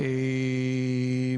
ארבע,